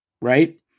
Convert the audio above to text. right